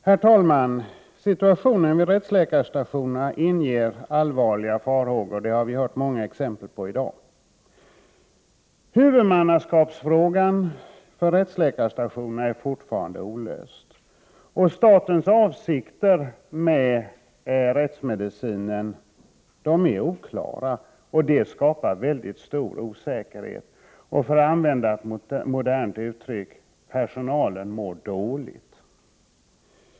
Herr talman! Vi har i dag hört många exempel på att situationen vid rättsläkarstationerna inger allvarliga farhågor. Frågan om huvudmannaskapet för rättsläkarstationerna är fortfarande olöst. Statens avsikter med rättsmedicinen är oklara, vilket skapar mycket stor osäkerhet. För att använda ett modernt uttryck: Personalen mår dåligt.